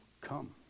come